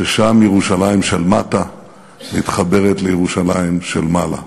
ששם ירושלים של מטה מתחברת לירושלים של מעלה.